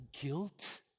guilt